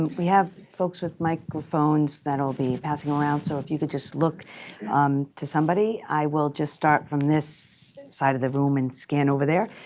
we have folks with microphones that will be passing around. so if you could just look um to somebody. i will just start from this side of the room and scan over there.